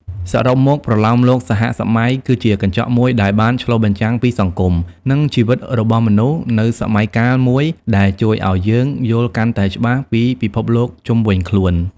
សរុបមក ប្រលោមលោកសហសម័យគឺជាកញ្ចក់មួយដែលបានឆ្លុះបញ្ចាំងពីសង្គម និងជីវិតរបស់មនុស្សនៅសម័យកាលមួយ ដែលជួយឲ្យយើងយល់កាន់តែច្បាស់ពីពិភពលោកជុំវិញខ្លួន។